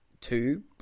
two